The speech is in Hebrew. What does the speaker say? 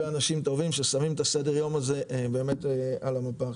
אנשים טובים שבאמת שמים את סדר היום הזה על המפה.